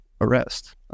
arrest